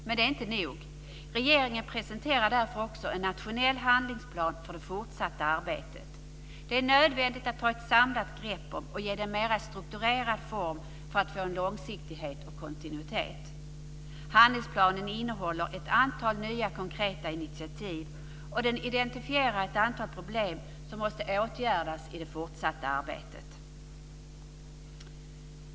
Men det är inte nog. Regeringen presenterar därför också en nationell handlingsplan för det fortsatta arbetet. Det är nödvändigt att ta ett samlat grepp om den och ge den en mera strukturerad form för att få långsiktighet och kontinuitet. Handlingsplanen innehåller ett antal nya konkreta initiativ, och den identifierar ett antal problem som måste åtgärdas i det fortsatta arbetet.